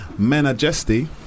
Menajesty